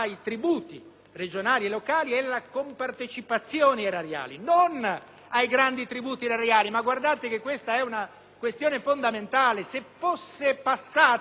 regionali e locali e alla compartecipazione erariale, e non ai grandi tributi erariali. Questa è una questione fondamentale: se fosse passata l'idea